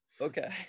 okay